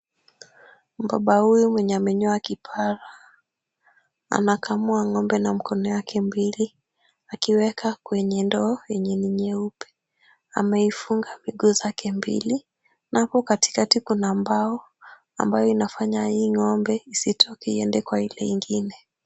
Mbaba huyu mwenye amenyoa kipara, anakamua ng'ombe na mkono yake miwili akiweka kwenye ndoo yenye ni nyeupe. Ameifunga miguu zake mbili na hapo katikati kuna mbao ambayo inafanya hii ng'ombe isitoke iende kwa ile ingine.